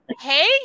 Hey